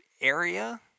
area